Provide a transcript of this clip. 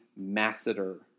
masseter